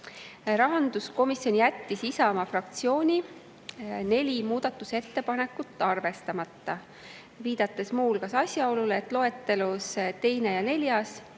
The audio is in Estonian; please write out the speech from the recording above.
Rahanduskomisjon jättis Isamaa fraktsiooni neli muudatusettepanekut arvestamata, viidates muu hulgas asjaolule, et loetelu teise ja neljanda